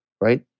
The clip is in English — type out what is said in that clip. Right